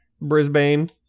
Brisbane